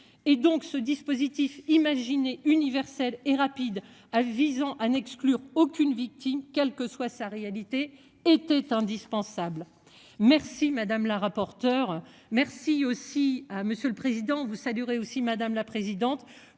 Et donc ce dispositif imaginé universel et rapide. Ah visant à n'exclure aucune victime. Quelle que soit sa réalité était indispensable. Merci madame la rapporteure. Merci aussi à Monsieur le Président vous ça durée aussi, madame la présidente